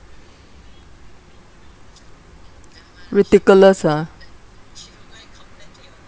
ridiculous ah